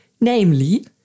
namely